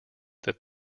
that